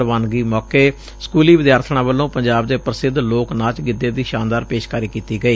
ਰਵਾਨਗੀ ਮੌਕੇ ਸਕਲੀ ਵਿਦਿਆਰਬਣਾਂ ਵੱਲੋਂ ਪੰਜਾਬ ਦੇ ਪ੍ਰਸਿੱਧ ਲੋਕ ਨਾਚ ਗਿੱਧੇ ਦੀ ਸ਼ਾਨਦਾਰ ਪੇਸ਼ਕਾਰੀ ਕੀਤੀ ਗਈ